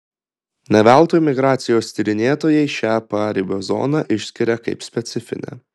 ne veltui migracijos tyrinėtojai šią paribio zoną išskiria kaip specifinę